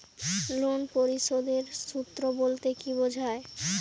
Loan পরিশোধের সূএ বলতে কি বোঝায়?